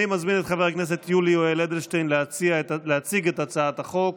אני מזמין את חבר הכנסת יולי יואל אדלשטיין להציג את הצעת החוק,